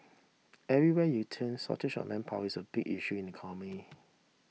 everywhere you turn shortage of manpower is a big issue in the economy